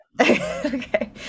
Okay